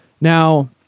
now